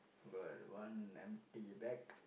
got one empty bag